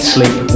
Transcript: Sleep